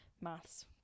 maths